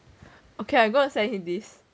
okay I gonna send him this